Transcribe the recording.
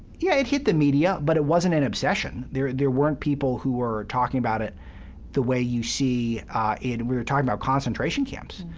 yeah, it hit the media, but it wasn't an obsession. there there weren't people who were talking about it the way you see we're talking about concentration camps.